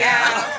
out